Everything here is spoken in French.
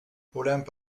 olympe